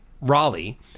Raleigh